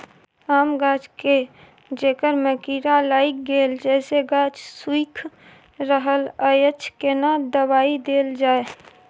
आम गाछ के जेकर में कीरा लाईग गेल जेसे गाछ सुइख रहल अएछ केना दवाई देल जाए?